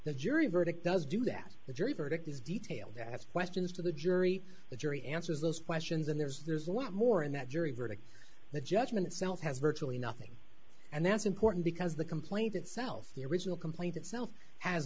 the jury verdict does do that the jury verdict is detail that questions to the jury the jury answers those questions and there's there's a lot more in that jury verdict the judgment itself has virtually nothing and that's important because the complaint itself the original complaint itself has